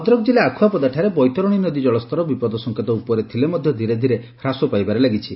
ଭଦ୍ରକ ଜିଲ୍ଲା ଆଖୁଆପଦାଠାରେ ବୈଦରଣୀ ନଦୀ ଜଳସ୍ତର ବିପଦ ସଙେତ ଉପରେ ଥିଲେ ମଧ୍ଧ ଧୀରେ ଧୀରେ ହ୍ରାସ ପାଇବାରେ ଲାଗିଛି